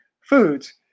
foods